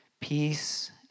peace